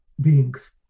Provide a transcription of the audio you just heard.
beings